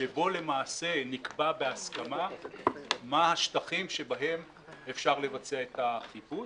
כשבו למעשה נקבע בהסכמה מה השטחים שבהם אפשר לבצע את החיפוש.